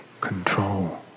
control